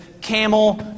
camel